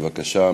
בבקשה,